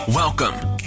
Welcome